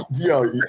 Yo